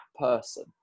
person